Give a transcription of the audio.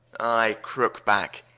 i crooke-back,